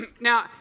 now